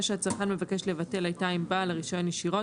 שהצרכן מבקש לבטל הייתה עם בעל הרישיון ישירות